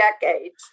decades